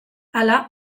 hala